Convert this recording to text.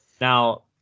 Now